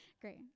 Great